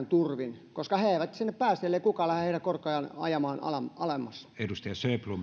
turvin he eivät sinne pääse ellei kukaan lähde heidän korkojaan ajamaan alemmaksi arvoisa